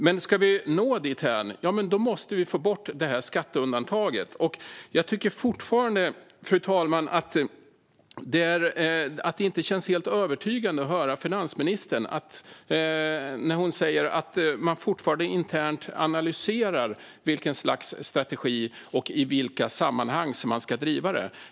Men ska vi nå dithän måste vi få bort det här skatteundantaget, och jag tycker fortfarande, fru talman, att det inte känns helt övertygande att höra finansministern när hon säger att man fortfarande internt analyserar vilket slags strategi man ska ha och i vilka sammanhang som man ska driva detta.